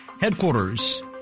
headquarters